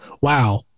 wow